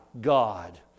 God